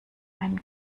einen